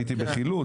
הייתי בחילוץ,